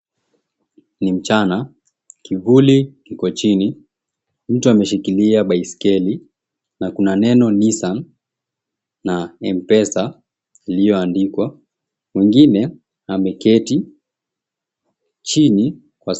Ni mchana, kivuli kiko chini mtu ameshikilia baiskeli na kuna neno Nissan na M-Pesa iliyoandikwa, mwingine ameketi chini kwa